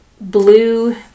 blue